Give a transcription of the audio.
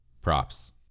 Props